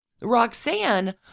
Roxanne